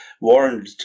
warned